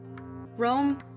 Rome